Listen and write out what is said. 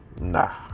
Nah